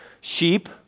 Sheep